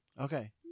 Okay